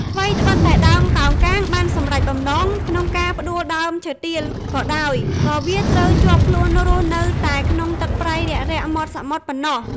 ថ្វីត្បិតតែដើមកោងកាងបានសម្រេចបំណងក្នុងការផ្តួលដើមឈើទាលក៏ដោយ ក៏វាត្រូវជាប់ខ្លួនរស់នៅតែក្នុងទឹកប្រៃរាក់ៗមាត់សមុទ្រប៉ុណ្ណោះ។